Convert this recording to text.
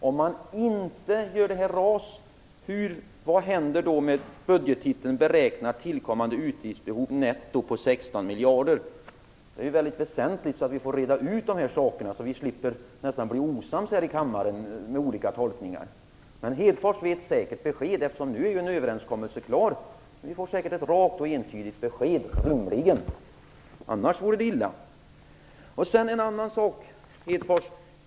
Om man inte inför RAS, vad händer då med budgettiteln "Beräknat tillkommande utgiftsbehov" på 16 miljarder netto? Det är väsentligt att vi får reda ut detta, så vi slipper att genom olika tolkningar bli nästan osams här i kammaren. Men Hedfors vet säkert besked, eftersom en överenskommelse nu är klar. Vi får säkert ett rakt och entydigt besked, rimligen. Annars vore det illa.